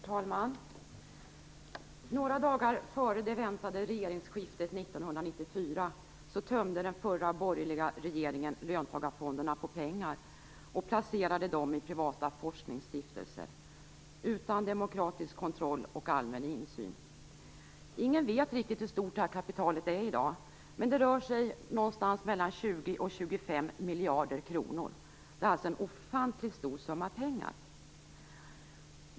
Herr talman! Några dagar före det väntade regeringsskiftet 1994 tömde den förra borgerliga regeringen löntagarfonderna på pengar och placerade dem i privata forskningsstiftelser utan demokratisk kontroll och allmän insyn. Ingen vet riktigt hur stort detta kapital är i dag, men det rör sig någonstans mellan 20 och 25 miljarder kronor. Det är alltså en ofantligt stor summa pengar.